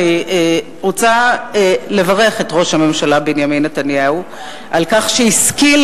שאני רוצה לברך את ראש הממשלה בנימין נתניהו על כך שהשכיל,